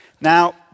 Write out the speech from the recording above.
Now